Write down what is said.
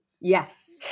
Yes